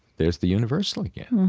there's the universal again.